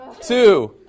two